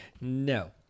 No